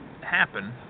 happen